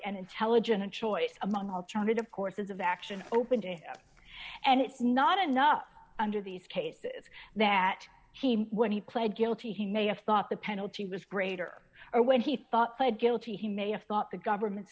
and intelligent choice among alternative courses of action open to and it's not enough under these cases that when he pled guilty he may have thought the penalty was greater or when he thought pled guilty he may have thought the government's